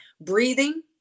breathing